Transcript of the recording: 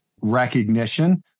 recognition